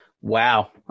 Wow